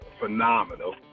phenomenal